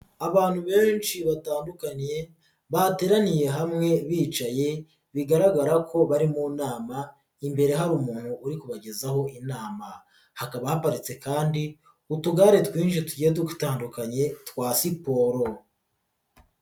Abantu benshi batandukanye bateraniye hamwe bicaye bigaragara ko bari mu nama imbere hari umuntu uri kubagezaho inama, hakaba haparitse kandi utugare twinshi tugiye dutandukanye twa siporo.